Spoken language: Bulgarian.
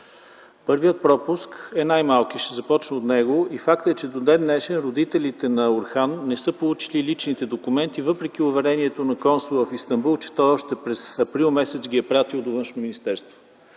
Първият пропуск е най-малкият, ще започна от него. Факт е, че до ден-днешен родителите на Орхан не са получили личните документи въпреки уверенията на консула в Истанбул, че той още през м. април ги е пратил до Външно министерство.